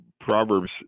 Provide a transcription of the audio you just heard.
Proverbs